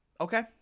Okay